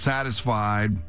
Satisfied